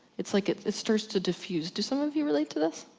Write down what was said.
it's like, it starts to defuse. do some of you relate to this?